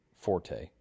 Forte